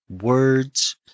words